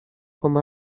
com